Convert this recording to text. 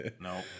no